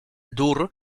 dur